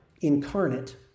incarnate